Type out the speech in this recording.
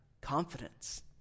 confidence